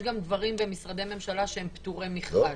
גם דברים במשרדי ממשלה שהם פטורי מכרז,